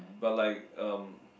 but like um